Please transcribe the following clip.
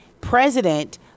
president